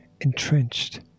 entrenched